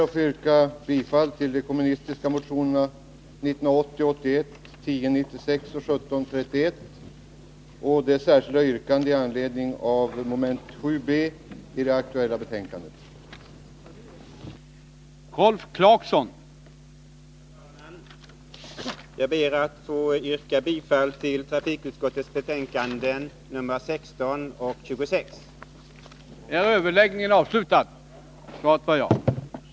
Jag ber att få yrka bifall till de kommunistiska motionerna 1980/81:1096, yrkande 2, och 1731 samt den socialdemokratiska motionen 1744, yrkande 11, såvitt avser mom. 7b i trafikutskottets betänkande nr 16.